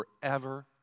forever